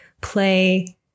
play